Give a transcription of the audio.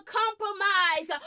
compromise